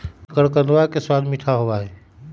शकरकंदवा के स्वाद मीठा होबा हई